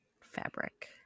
fabric